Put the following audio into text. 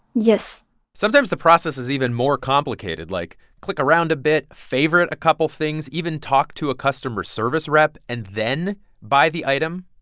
yes sometimes the process is even more complicated, like click around a bit, favorite a couple of things, even talk to a customer service rep and then buy the item.